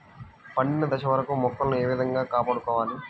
పండిన దశ వరకు మొక్కలను ఏ విధంగా కాపాడుకోవాలి?